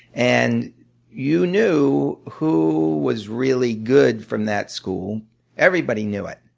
and you knew who was really good from that school everybody knew it.